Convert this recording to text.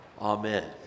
Amen